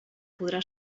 podrà